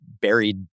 buried